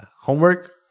Homework